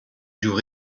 jouent